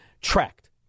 tracked